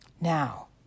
Now